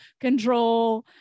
control